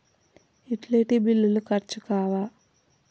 Utility బిల్లులు ఖర్చు కావా?